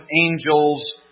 angels